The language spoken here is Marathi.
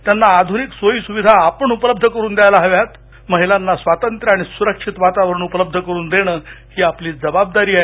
त्यांना आधुनिक सोयीसुविधा आपण उपलब्ध करून द्यायला हव्या महिलांना स्वातंत्र्य आणि सुरक्षित वातावरण उपलब्ध करून देणं ही आपली जबाबदारी आहे